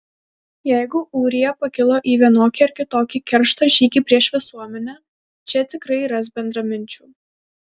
jeigu ūrija pakilo į vienokį ar kitokį keršto žygį prieš visuomenę čia tikrai ras bendraminčių